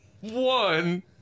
one